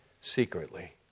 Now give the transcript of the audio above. secretly